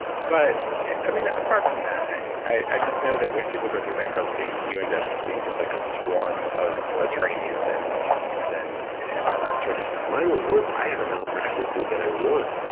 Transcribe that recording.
but i mean apart from that, i i just know that when people go through bankruptcy you end up seeing just like a swarm of attorneys and fees, and and all that sort of stuff mine was worse. i had a malpractice suit that i won.